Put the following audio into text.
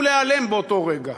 ולהיעלם באותו הרגע.